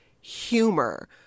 humor